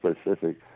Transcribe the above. specific